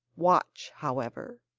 watch, however,